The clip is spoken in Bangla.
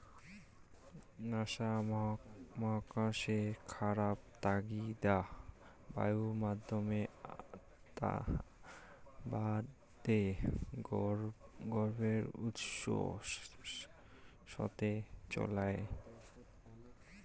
নাসা মহাকর্ষত খাবারের তাগিদাত বায়ুমাধ্যম আবাদের গবেষণা উৎসাহের সথে চইলচে